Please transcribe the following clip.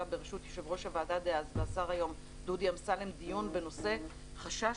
בראשות יושב ראש הוועדה דאז והשר היום דודי אמסלם דיון בנושא חשש